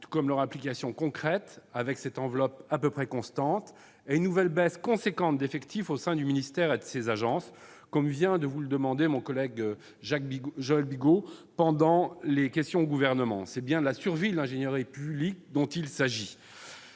et les faire appliquer concrètement avec une enveloppe à peu près constante et une nouvelle baisse importante d'effectifs au sein du ministère et de ses agences, comme vient de vous le demander mon collègue Joël Bigot lors des questions au Gouvernement ? C'est bien la survie de l'ingénierie publique dont il s'agit.